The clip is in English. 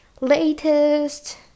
latest